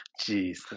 jeez